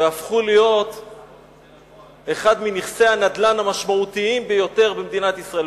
והפכו להיות מנכסי הנדל"ן המשמעותיים ביותר במדינת ישראל.